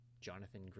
jonathan